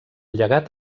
llegat